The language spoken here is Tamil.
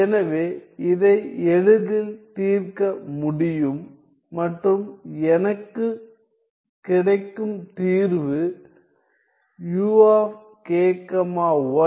எனவே இதை எளிதில் தீர்க்க முடியும் மற்றும் எனக்குக் கிடைக்கும் தீர்வு u k y F